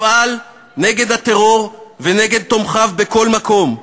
אפעל נגד הטרור ונגד תומכיו בכל מקום,